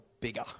bigger